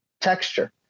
texture